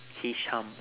hisham